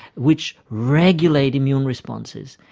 which regulate immune responses,